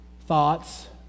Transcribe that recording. Thoughts